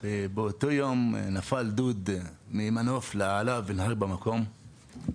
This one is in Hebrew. ובאותו יום נפל דוד ממנוף מעליו והרג אותו במקום.